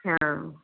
हाँ